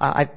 i